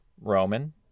Roman